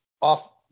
off